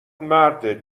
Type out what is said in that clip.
مرده